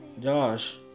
Josh